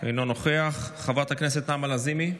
אינו נוכח, חברת הכנסת נעמה לזימי,